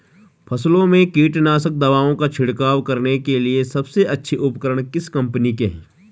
फसलों में कीटनाशक दवाओं का छिड़काव करने के लिए सबसे अच्छे उपकरण किस कंपनी के हैं?